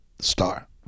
Star